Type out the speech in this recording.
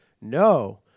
no